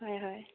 হয় হয়